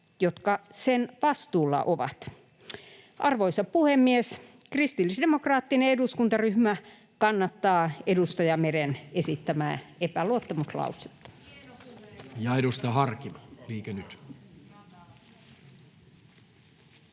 jotka sen vastuulla ovat. Arvoisa puhemies! Kristillisdemokraattinen eduskuntaryhmä kannattaa edustaja Meren esittämää epäluottamuslausetta. Edustaja Harkimo, Liike Nyt.